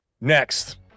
next